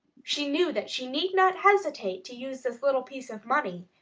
she knew that she need not hesitate to use the little piece of money.